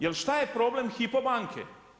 Jel šta je problem Hypo banke?